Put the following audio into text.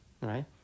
right